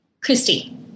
Christy